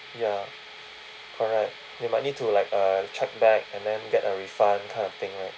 ya correct you might need to like uh check back and then get a refund kind of thing right